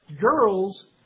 girls